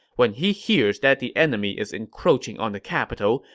when he hears that the enemy is encroaching on the capital,